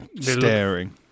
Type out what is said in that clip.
staring